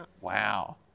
Wow